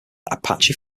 apache